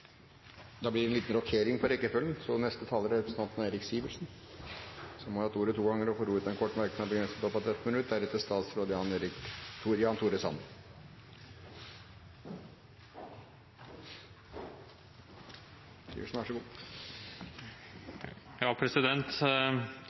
Representanten Eirik Sivertsen har hatt ordet to ganger tidligere og får ordet til en kort merknad, begrenset til 1 minutt.